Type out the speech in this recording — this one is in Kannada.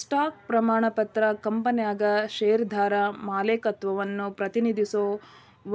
ಸ್ಟಾಕ್ ಪ್ರಮಾಣ ಪತ್ರ ಕಂಪನ್ಯಾಗ ಷೇರ್ದಾರ ಮಾಲೇಕತ್ವವನ್ನ ಪ್ರತಿನಿಧಿಸೋ